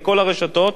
בכל הרשתות,